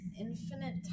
infinite